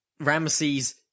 Ramesses